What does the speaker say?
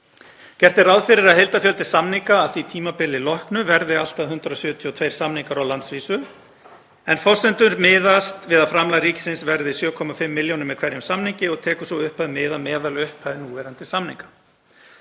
Gert er ráð fyrir að heildarfjöldi samninga, að því tímabili loknu, verði allt að 172 samningar á landsvísu en forsendur miðast við að framlag ríkisins verði 7,5 milljónir kr. með hverjum samningi og tekur sú upphæð mið af meðalupphæð núverandi samninga.